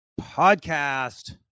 podcast